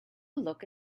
look